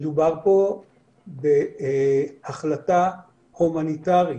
מדובר פה בהחלטה הומניטרית,